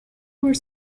were